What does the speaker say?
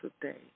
today